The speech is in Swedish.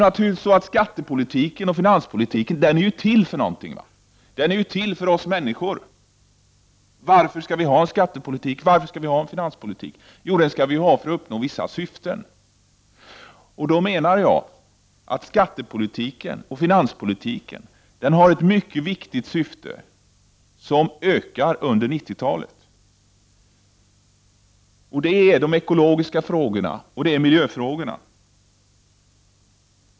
Självklart är denna politik till för någonting. Den är till för oss människor. Varför skall vi ha en skattepolitik och en finanspolitik, jo, för att uppnå vissa syften. Jag menar att skattepolitiken och finanspolitiken har ett mycket viktigt syfte som ökar under 1990-talet. Det gäller de ekologiska frågorna och miljöfrågorna.